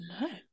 no